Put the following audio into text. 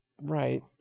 Right